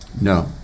No